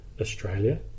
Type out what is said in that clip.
Australia